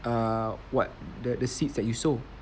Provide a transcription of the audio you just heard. err what the the seeds that you sow